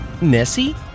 Nessie